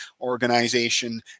organization